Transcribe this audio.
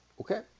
Okay